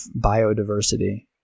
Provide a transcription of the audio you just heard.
biodiversity